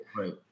Right